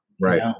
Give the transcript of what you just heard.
Right